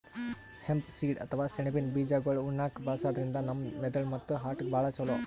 hemp seed ಅಥವಾ ಸೆಣಬಿನ್ ಬೀಜಾಗೋಳ್ ಉಣ್ಣಾಕ್ಕ್ ಬಳಸದ್ರಿನ್ದ ನಮ್ ಮೆದಳ್ ಮತ್ತ್ ಹಾರ್ಟ್ಗಾ ಭಾಳ್ ಛಲೋ